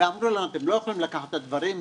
ואמרו לנו שאנחנו לא יכולים לקחת את הדברים,